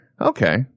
Okay